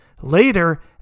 Later